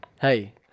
hey